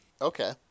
Okay